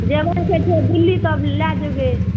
जेबै जे छै से दिल्ली तब लए जेबै